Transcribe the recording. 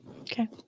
Okay